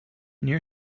near